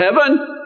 heaven